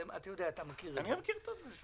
אתה מכיר את זה.